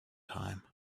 time